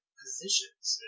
positions